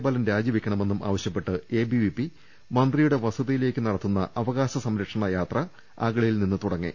ബാലൻ രാജിവെക്കണ മെന്നും ആവശൃപ്പെട്ട് എബിവിപി മന്ത്രിയുടെ വസതിയിലേക്ക് നട ത്തുന്ന അവകാശ സംരക്ഷണ യാത്ര അഗളിയിൽ നിന്നു തുടങ്ങി